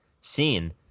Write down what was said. scene